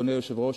אדוני היושב-ראש,